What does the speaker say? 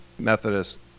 Methodist